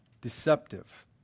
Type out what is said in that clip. deceptive